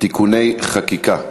(תיקוני חקיקה).